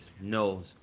knows